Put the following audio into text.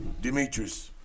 Demetrius